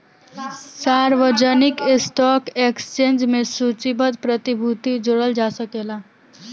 सार्वजानिक stock exchange में सूचीबद्ध प्रतिभूति जोड़ल जा सकेला